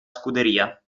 scuderia